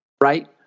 right